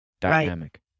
dynamic